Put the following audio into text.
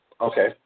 Okay